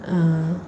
uh